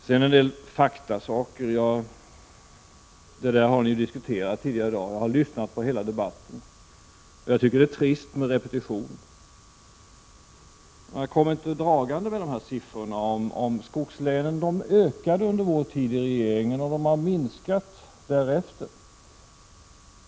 Sedan en del fakta, som ni har diskuterat tidigare i dag. Jag har lyssnat på hela debatten, och jag tycker att det är trist med repetitioner. Man har kommit dragande med siffrorna för skogslänen. De ökade under vår tid i regeringen och minskade därefter.